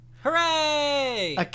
hooray